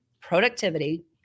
productivity